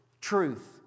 truth